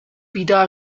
بیدار